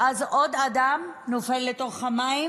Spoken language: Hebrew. ואז עוד אדם נופל לתוך המים,